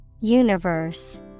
Universe